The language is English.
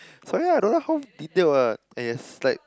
sorry ah I don't know how detailed [what] and it has like